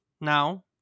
Now